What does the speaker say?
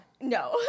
No